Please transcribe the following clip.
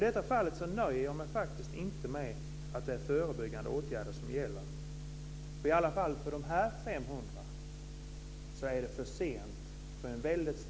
I detta fall nöjer jag mig inte med svaret att det är förebyggande åtgärder som gäller. För en väldigt stor del av dessa 500 är det för sent.